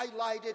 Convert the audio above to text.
highlighted